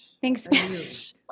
Thanks